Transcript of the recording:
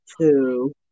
Two